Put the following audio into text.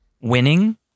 winning